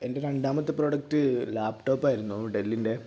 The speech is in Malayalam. എൻ്റെ രണ്ടാമത്തെ പ്രോഡക്റ്റ് ലാപ്ടോപ്പായിരുന്നു ഡെല്ലിൻ്റെ